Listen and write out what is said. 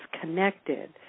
connected